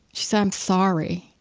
she said, i'm sorry.